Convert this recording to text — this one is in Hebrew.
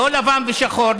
לא לבן ושחור,